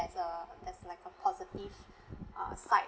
there's a there's like a positive uh side